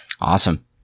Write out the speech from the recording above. Awesome